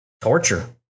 torture